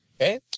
Okay